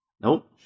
Nope